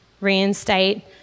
reinstate